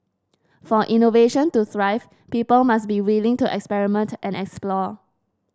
for innovation to thrive people must be willing to experiment and explore